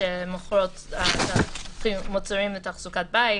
שמוכרים מוצרים לתחזוקת בית.